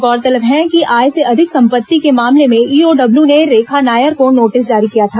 गौरतलब है कि आय से अधिक संपत्ति के मामले में ईओडब्ल्यू ने रेखा नायर को नोटिस जारी किया था